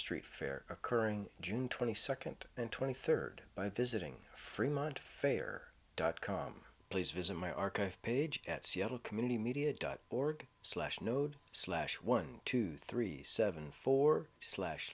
street fair occurring june twenty second and twenty third by visiting fremont fayer dot com please visit my archive page at seattle community media dot org slash node slash one two three seven four slash